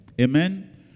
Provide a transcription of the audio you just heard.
Amen